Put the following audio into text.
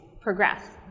progress